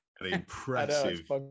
impressive